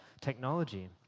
technology